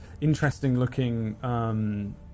Interesting-looking